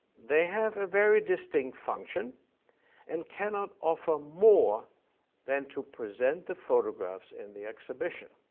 they have a very distinct function and cannot offer more than to present the photographs in the exhibition.